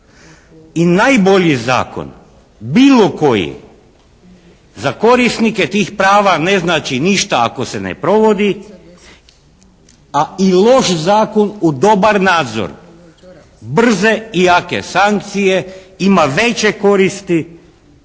I najbolji zakon, bilo koji za korisnike tih prava ne znači ništa ako se ne provodi, a i loš zakon u dobar nadzor brze i jake sankcije ima veće koristi